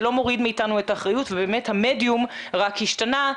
זה לא מוריד מאיתנו את האחריות ובאמת המדיום רק השתנה.